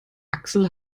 axel